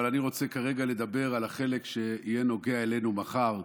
אבל אני רוצה כרגע לדבר על החלק שיהיה נוגע אלינו מחר,